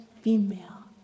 female